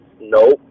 Nope